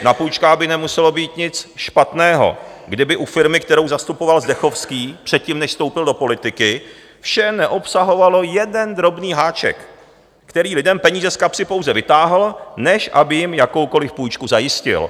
Na půjčkách by nemuselo být nic špatného, kdyby u firmy, kterou zastupoval Zdechovský předtím, než vstoupil do politiky, vše neobsahovalo jeden drobný háček, který lidem peníze z kapsy pouze vytáhl, než aby jim jakoukoliv půjčku zajistil.